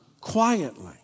quietly